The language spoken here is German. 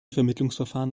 vermittlungsverfahren